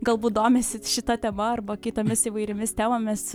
galbūt domisi šita tema arba kitomis įvairiomis temomis